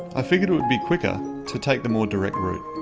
i figured it would be quicker to take the more direct route.